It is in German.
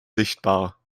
sichtbar